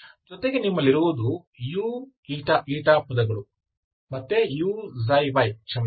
ಜೊತೆಗೆ ನಿಮ್ಮಲ್ಲಿರುವುದು uηη ಪದಗಳು ಮತ್ತೆ uξy ಕ್ಷಮಿಸಿ